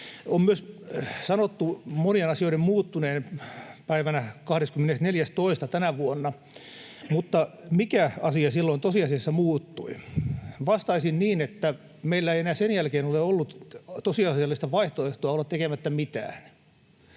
On myös sanottu monien asioiden muuttuneen päivänä 24.2. tänä vuonna. Mutta mikä asia silloin tosiasiassa muuttui? Vastaisin niin, että meillä ei enää sen jälkeen ole ollut tosiasiallista vaihtoehtoa olla tekemättä mitään.